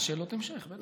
יש שאלות המשך, בטח.